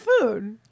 food